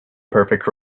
perfect